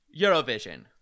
Eurovision